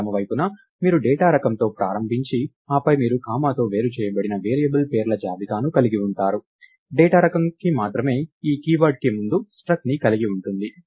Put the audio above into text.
ఎడమ వైపున మీరు డేటా రకంతో ప్రారంభించి ఆపై మీరు కామాతో వేరు చేయబడిన వేరియబుల్ పేర్ల జాబితాను కలిగి ఉంటారు డేటా రకం కి మాత్రమే ఈ కీవర్డ్ ముందు struct ని కలిగి ఉంటుంది